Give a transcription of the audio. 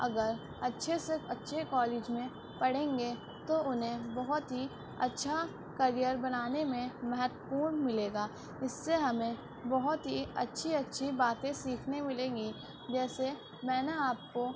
اگر اچھے سے اچھے کالج میں پڑھیں گے تو انہیں بہت ہی اچھا کریئر بنانے میں مہتو پورن ملے گا اس سے ہمیں بہت ہی اچھی اچھی باتیں سیکھنے ملیں گی جیسے میں نہ آپ کو